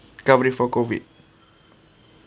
cover it for COVID